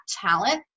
talent